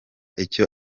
icyo